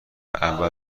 اول